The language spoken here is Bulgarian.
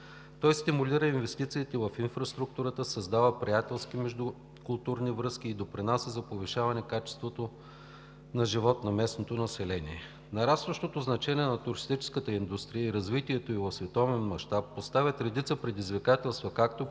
Той стимулира инвестициите в инфраструктурата, създава приятелски междукултурни връзки и допринася за повишаване качеството на живота на местното население. Нарастващото значение на туристическата индустрия и развитието ѝ в световен мащаб поставят редица предизвикателства както пред обществото,